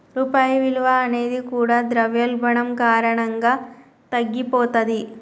రూపాయి విలువ అనేది కూడా ద్రవ్యోల్బణం కారణంగా తగ్గిపోతది